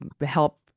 help